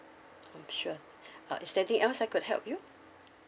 mm sure uh is there anything else I could help you